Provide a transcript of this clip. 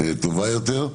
טובה יותר.